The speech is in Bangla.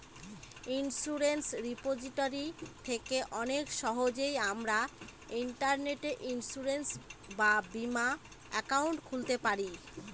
ইন্সুরেন্স রিপোজিটরি থেকে অনেক সহজেই আমরা ইন্টারনেটে ইন্সুরেন্স বা বীমা একাউন্ট খুলতে পারি